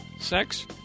Sex